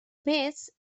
més